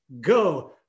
Go